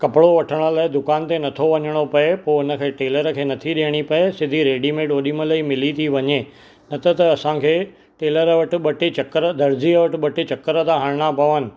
कपिड़ो वठण लाइ दुकान ते नथो वञिणो पिए पोइ हुनखे टेलर खे नथी ॾियणी पिए सिधी रेडीमेड ओॾी महिल ई मिली थी वञे न त त असांखे टेलर वटि ॿ टे चकर दर्ज़ी वटि ॿ टे चकर था हणणा पवनि